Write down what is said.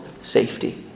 safety